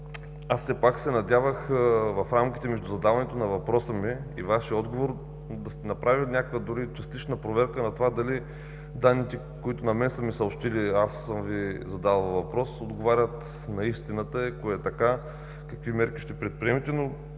Все пак се надявах в рамките между задаването на въпроса ми и Вашия отговор да сте направили някаква дори и частична проверка на това дали данните, които на мен са съобщили и аз съм Ви задал въпрос, отговарят на истината. Ако е така, какви мерки ще предприемете?